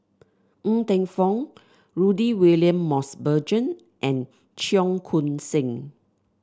Ng Teng Fong Rudy William Mosbergen and Cheong Koon Seng